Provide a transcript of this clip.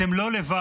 אתם לא לבד.